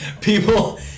people